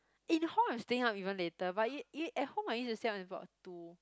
in hall I'm staying up even later but i~ at home I used to stay up until about two